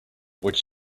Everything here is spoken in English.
what